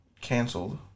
canceled